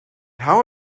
how